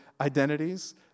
identities